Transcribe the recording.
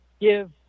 give